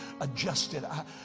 adjusted